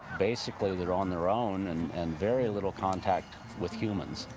basically they're on their own and and very little contact with humans.